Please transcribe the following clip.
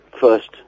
first